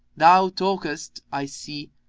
thou talkest, i see,